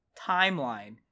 timeline